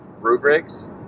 rubrics